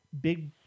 big